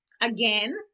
again